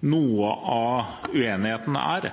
Noe